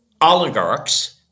oligarchs